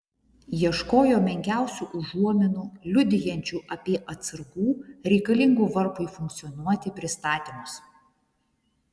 ieškojo menkiausių užuominų liudijančių apie atsargų reikalingų varpui funkcionuoti pristatymus